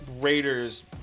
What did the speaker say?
raiders